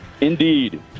Indeed